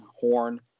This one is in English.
Horn